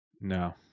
no